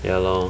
ya lor